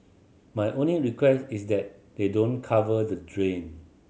my only request is that they don't cover the drain